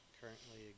currently